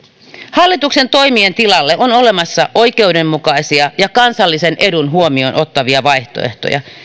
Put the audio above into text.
hallituksen toimien tilalle on olemassa oikeudenmukaisia ja kansallisen edun huomioon ottavia vaihtoehtoja